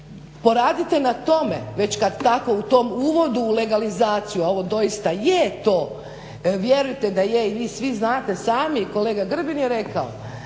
poradite na tome već kad tako u tom uvodu u legalizaciju, ovo doista je to. Vjerujte da je i vi svi znate sami kolega Grbin je rekao